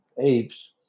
apes